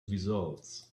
results